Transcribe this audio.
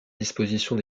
disposition